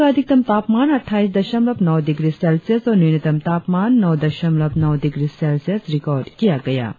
आज का अधिकतम तापमान अटठाईस दशमलव नौ डिग्री सेल्सियस और न्यूनतम तापमान नौ दशमलव नौ डिग्री सेल्सियस रिकार्ड किया गया